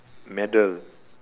medal